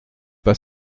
pas